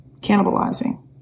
Cannibalizing